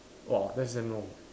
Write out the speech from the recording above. !wah! that's damn long